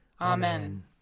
Amen